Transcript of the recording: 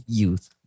youth